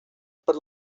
per